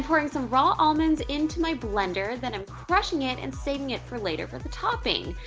pouring some raw almonds in to my blender. then i'm crushing it and saving it for later for the topping.